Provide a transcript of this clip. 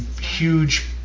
huge